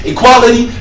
Equality